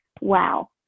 wow